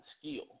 skill